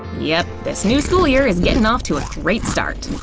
yep, this new school year is getting off to a great start.